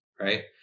right